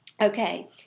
Okay